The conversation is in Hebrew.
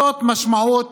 זאת משמעות